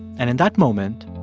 and in that moment,